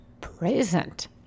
present